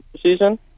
season